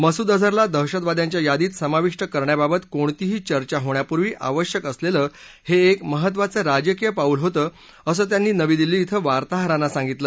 मसूद अझहरला दहशतवाद्यांच्या यादीत समाविष्ट करण्याबाबत कोणतीही चर्चा होण्यापूर्वी आवश्यक असलेलं हे एक महत्त्वाचं राजकीय पाऊल होतं असं त्यांनी नवी दिल्ली वार्ताहरांना सांगितलं